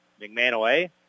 McManaway